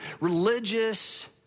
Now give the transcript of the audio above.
religious